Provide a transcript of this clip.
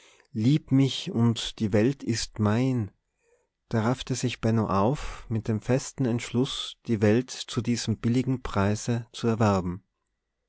lieb mich und die welt ist mein da raffte sich benno auf mit dem festen entschluß die welt zu diesem billigen preise zu erwerben